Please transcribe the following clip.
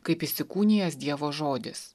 kaip įsikūnijęs dievo žodis